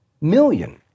million